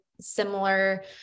similar